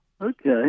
okay